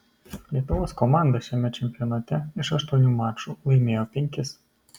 lietuvos komanda šiame čempionate iš aštuonių mačų laimėjo penkis